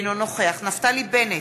אינו נוכח נפתלי בנט,